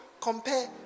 compare